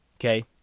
Okay